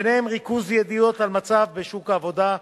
וביניהם: ריכוז ידיעות על המצב בשוק העבודה,